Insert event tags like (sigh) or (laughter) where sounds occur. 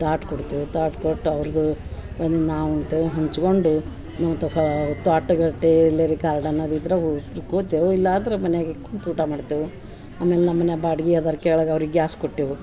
ತಾಟ್ ಕೊಡ್ತೆವು ತಾಟ ಕೊಟ್ಟು ಅವ್ರ್ದೂ ಒಂದು (unintelligible) ಹಂಚ್ಕೊಂಡು ನಾವು (unintelligible) ತ್ವಾಟಗಟ್ಟೇ ಎಲ್ಲೆರಿ ಗಾರ್ಡನರು ಇದ್ರ ಹೋಗ್ ಕೂತೆವು ಇಲ್ಲಾದ್ರ ಮನ್ಯಾಗೆ ಕುಂತು ಊಟ ಮಾಡ್ತೆವು ಆಮೇಲೆ ನಮ್ಮನೆ ಬಾಡ್ಗಿ ಅದರ ಕೆಳಗೆ ಅವ್ರಿಗೆ ಗ್ಯಾಸ್ ಕೊಟ್ಟೆವು